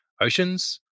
oceans